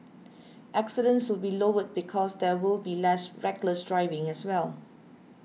accidents would be lowered because there will be less reckless driving as well